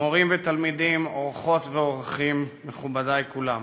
מורים ותלמידים, אורחות ואורחים, מכובדי כולם.